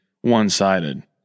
one-sided